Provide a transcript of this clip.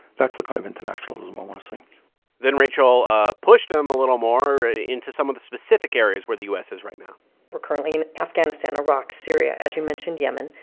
that's the kind of internationalism i want to see then rachel ah pushed him a little more into some of the specific areas where the u s. is right now we're currently in afghanistan, iraq, syria, as you mentioned, yemen,